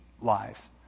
lives